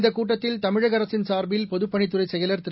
இந்தக் கூட்டத்தில் தமிழக அரசின் சார்பில் பொதுப்பணித்துறை செயலர் திரு